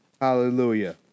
Hallelujah